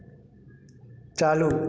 चालू